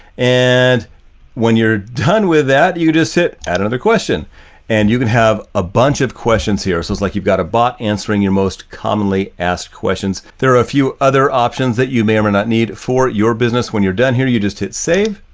and when you're done with that, you just hit add another question and you can have a bunch of questions here. so it's like you've got a bot answering your most commonly asked questions. there are a few other options that you may or may not need for your business. when you're done here, you just hit save.